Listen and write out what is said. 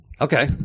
Okay